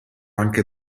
anche